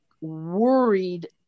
worried